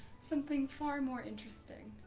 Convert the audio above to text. something far more interesting.